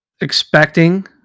expecting